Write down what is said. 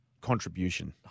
contribution